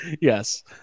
Yes